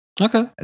Okay